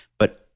but,